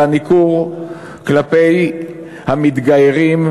על הניכור כלפי המתגיירים,